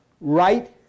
right